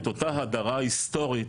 את אותה הדרה היסטורית,